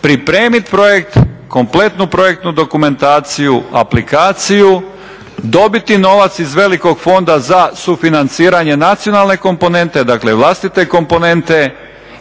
pripremit projekt, kompletnu projektnu dokumentaciju, aplikaciju, dobiti novac iz velikog fonda za sufinanciranje nacionalne komponente dakle vlastite komponente